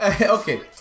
Okay